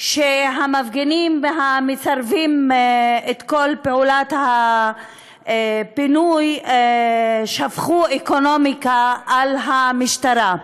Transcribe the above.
שהמפגינים והמסרבים לכל פעולת הפינוי שפכו אקונומיקה על המשטרה,